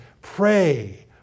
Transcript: Pray